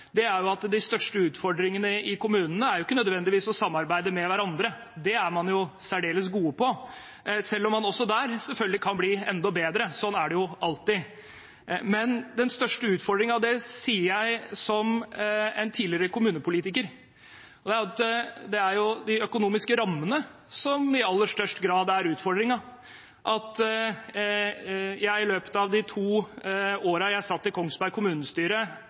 at de største utfordringene i kommunene ikke nødvendigvis er å samarbeide med hverandre. Det er man særdeles gode på, selv om man også der selvfølgelig kan bli enda bedre. Sånn er det jo alltid. Dette sier jeg som en tidligere kommunepolitiker: Det er de økonomiske rammene som i aller størst grad er utfordringen. I løpet av de to–tre årene jeg satt i Kongsberg kommunestyre,